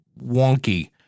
wonky